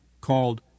called